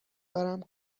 دارم